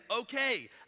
okay